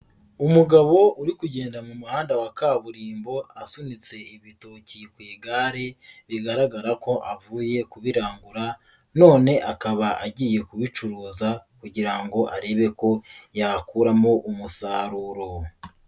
Umugabo uri kugenda mu muhanda wa kaburimbo asunitse ibitoki ku igare, bigaragara ko avuye kubirangura none akaba agiye kubicuruza kugira ngo arebe ko yakuramo umusaruro.